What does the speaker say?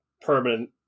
permanent